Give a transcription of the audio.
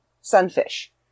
sunfish